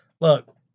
Look